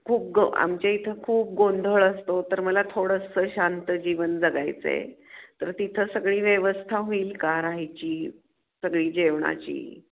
खूप ग आमच्या इथं खूप गोंधळ असतो तर मला थोडंसं शांत जीवन जगायचं आहे तर तिथं सगळी व्यवस्था होईल का राहायची सगळी जेवणाची